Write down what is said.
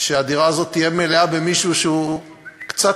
שהדירה הזאת תהיה מלאה במישהו שהוא קצת